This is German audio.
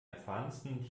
erfahrensten